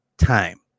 time